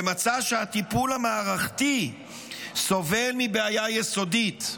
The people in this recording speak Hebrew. ומצא שהטיפול המערכתי סובל מבעיה יסודית: